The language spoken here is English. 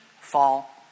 fall